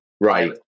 Right